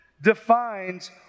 defines